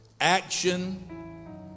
action